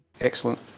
Excellent